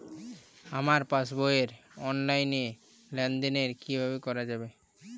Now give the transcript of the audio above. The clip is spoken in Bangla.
আমার পাসবই র অনলাইন লেনদেন কিভাবে করা যাবে?